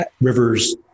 River's